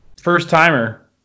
first-timer